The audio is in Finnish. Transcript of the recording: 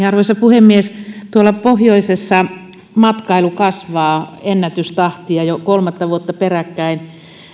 arvoisa puhemies tuolla pohjoisessa matkailu kasvaa ennätystahtia jo kolmatta vuotta peräkkäin